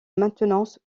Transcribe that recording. maintenance